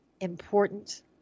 important